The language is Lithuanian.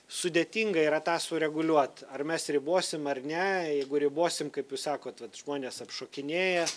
sudėtinga yra tą sureguliuot ar mes ribosim ar ne jeigu ribosim kaip jūs sakot vat žmonės apšokinėja